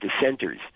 dissenters